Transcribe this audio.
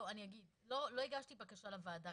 לא הגשתי בקשה לוועדה.